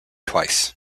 twice